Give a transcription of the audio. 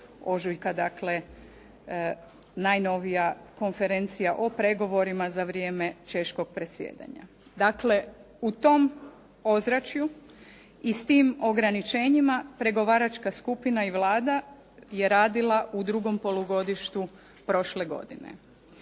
ožujka, dakle najnovija konferencija o pregovorima za vrijeme češkog predsjedanja. Dakle, u tom ozračju i s tim ograničenjima, pregovaračka skupina i Vlada je radila u drugom polugodištu prošle godine.